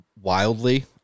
wildly